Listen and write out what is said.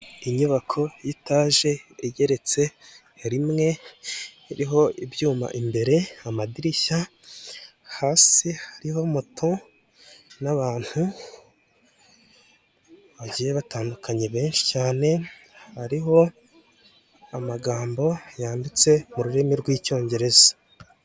Inyubako y'itaje igeretse rimwe, iriho ibyuma imbere, amadirishya hasi hariho moto n'abantu bagiye batandukanye benshi cyane, hariho amagambo yanditse mu rurimi rw'icyongereza.